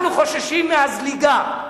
אנחנו חוששים מהזליגה,